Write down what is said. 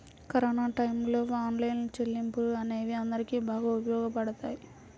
corona టైయ్యంలో online చెల్లింపులు అనేవి అందరికీ బాగా ఉపయోగపడ్డాయి